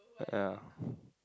yeah